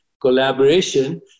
collaboration